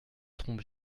trompe